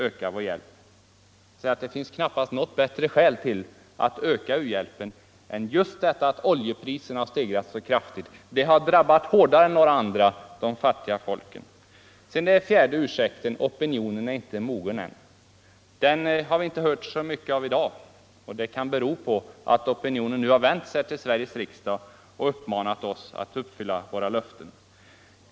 Jag får säga att det finns knappast något bättre skäl att öka u-hjälpen än just detta att oljepriserna har stegrats så kraftigt. Det har drabbat de fattiga folken hårdare än några andra. Så den fjärde ursäkten: Opinionen är inte mogen än. Den har inte hörts så mycket om i dag, och det kan bero på att opinionen nu har vänt sig till Sveriges riksdag och uppmanat oss att uppfylla våra löften.